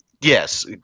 yes